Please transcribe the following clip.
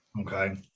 Okay